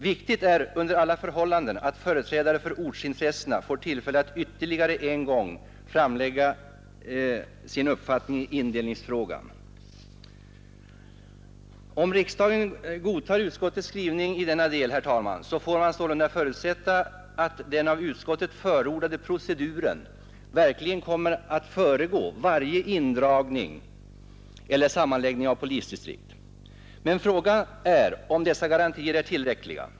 ——— Viktigt är under alla förhållanden att företrädare för ortsintressena får tillfälle att ytterligare en gång framlägga sin uppfattning i indelningsfrågan.” Om riksdagen godtar utskottets skrivning i denna del, herr talman, får man sålunda förutsätta att den av utskottet förordade proceduren verkligen kommer att föregå varje indragning eller sammanläggning av polisdistrikt. Men frågan är om dessa garantier är tillräckliga.